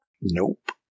Nope